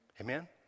Amen